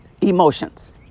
emotions